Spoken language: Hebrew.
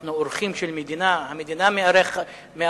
אנחנו אורחים של מדינה, המדינה מארחת.